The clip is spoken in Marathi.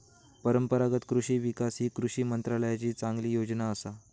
परंपरागत कृषि विकास ही कृषी मंत्रालयाची चांगली योजना असा